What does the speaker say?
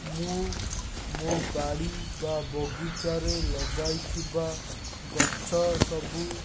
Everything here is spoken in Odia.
ମୁଁ ମୋ ବାଡ଼ି ବା ବଗିଚାରେ ଲଗାଇଥିବା ଗଛ ସବୁ